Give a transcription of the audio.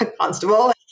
constable